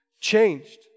changed